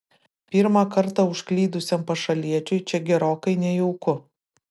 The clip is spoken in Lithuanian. pirmą kartą užklydusiam pašaliečiui čia gerokai nejauku